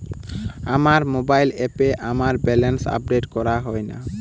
আমার মোবাইল অ্যাপে আমার ব্যালেন্স আপডেট করা হয় না